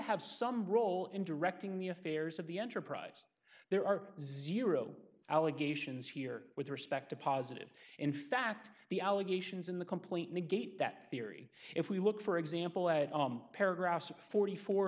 have some role in directing the affairs of the enterprise there are zero allegations here with respect to positive in fact the allegations in the complaint negate that theory if we look for example at paragraph forty four